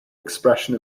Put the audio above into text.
expression